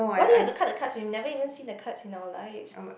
why do you have to cut the cards we never even seen the card in our lives